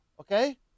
Okay